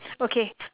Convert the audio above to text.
okay